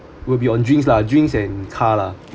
would be on drinks lah drinks and car lah